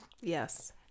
Yes